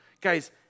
Guys